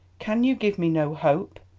can you give me no hope?